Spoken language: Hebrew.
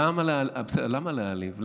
למה להעליב?